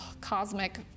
cosmic